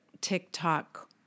TikTok